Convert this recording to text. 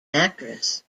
actress